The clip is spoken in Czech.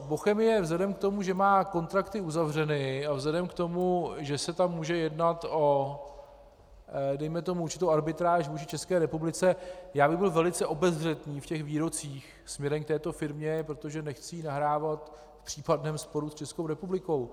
Bochemie vzhledem k tomu, že má kontrakty uzavřeny, a vzhledem k tomu, že se tam může jednat o dejme tomu určitou arbitráž vůči České republice, já bych byl velice obezřetný ve výrocích směrem k této firmě, protože jí nechci nahrávat v případném sporu s Českou republikou.